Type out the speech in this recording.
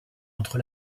entre